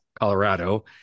Colorado